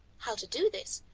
how to do this.